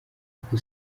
uku